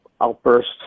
outburst